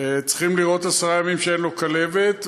צריכים לראות עשרה ימים שאין לו כלבת,